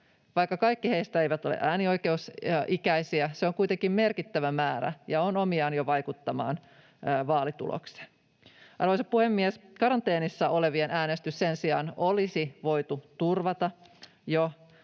Vaikka kaikki heistä eivät ole äänioikeusikäisiä, se on kuitenkin merkittävä määrä ja on omiaan jo vaikuttamaan vaalituloksen. Arvoisa puhemies! Karanteenissa olevien äänestys sen sijaan olisi voitu turvata jo